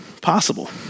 possible